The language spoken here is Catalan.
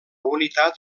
unitat